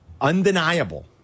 undeniable